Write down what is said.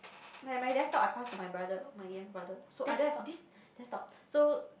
my my desktop I pass to my brother my younger brother so I don't this desktop so